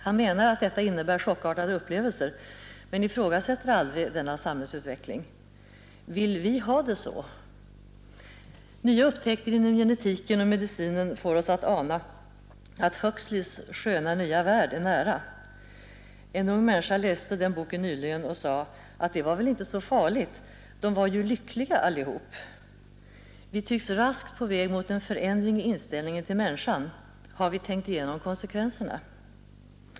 Han menar att detta innebär chockartade upplevelser men ifrågasätter aldrig denna samhällsutveckling. Vill vi ha det så? Nya upptäckter inom genetiken och medicinen får oss att ana att Huxleys sköna nya värld är nära. En ung människa läste den boken nyligen och sade att det var väl inte så farligt; de var ju lyckliga allihop. Vi tycks raskt vara på väg mot en förändring i inställningen till människan. Har vi tänkt igenom konsekvenserna?